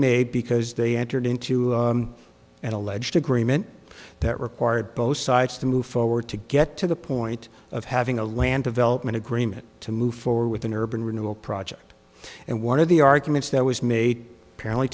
made because they entered into an alleged agreement that required both sides to move forward to get to the point of having a land development agreement to move forward with an urban renewal project and one of the arguments that was made apparently